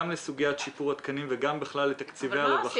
גם סוגיית שיפור התקנים וגם בכלל לתקציבי הרווחה.